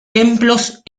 templos